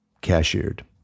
cashiered